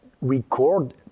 record